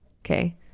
Okay